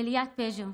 לליאת פיג'ו,